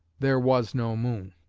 there was no moon.